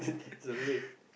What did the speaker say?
it's a ring